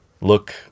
look